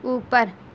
اوپر